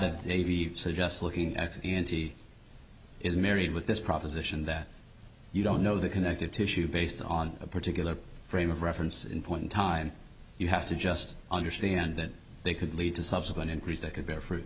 of navy suggests looking at is married with this proposition that you don't know the connective tissue based on a particular frame of reference in point in time you have to just understand that they could lead to subsequent increase that could